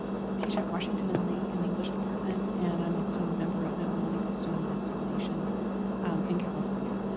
teach at washington and lee in the english department, and i'm also a member of the ohlone-costanoan esselen nation in california,